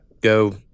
go